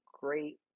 great